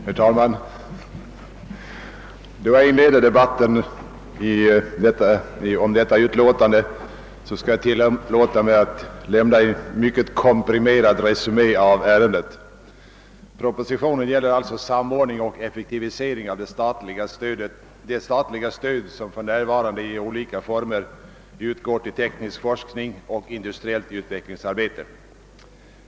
Herr talman! Då jag inleder debatten om detta utlåtande skall jag tillåta mig att lämna en mycket komprimerad resumé i ärendet. Propositionen gäller alltså samordning och effektivisering av det statliga stöd, som för närvarande i olika former utgår till teknisk forskning och industriellt utvecklingsarbete.